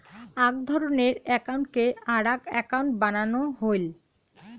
আক ধরণের একউন্টকে আরাক একউন্ট বানানো হই